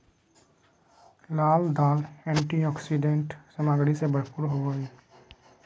लाल दाल एंटीऑक्सीडेंट सामग्री से भरपूर होबो हइ